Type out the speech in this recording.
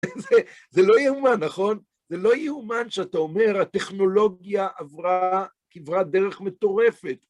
זה לא יאומן, נכון? זה לא יאומן שאתה אומר, הטכנולוגיה עברה כברת דרך מטורפת.